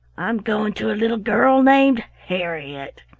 i'm going to a little girl named harriett.